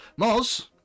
Moz